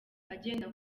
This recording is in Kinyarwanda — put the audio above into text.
agenda